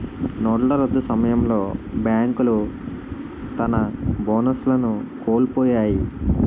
నోట్ల రద్దు సమయంలో బేంకులు తన బోనస్లను కోలుపొయ్యాయి